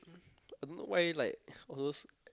I don't know why like all those